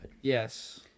Yes